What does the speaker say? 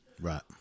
right